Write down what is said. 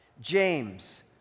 James